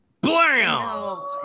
blam